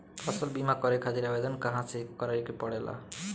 फसल बीमा करे खातिर आवेदन कहाँसे करे के पड़ेला?